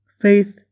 Faith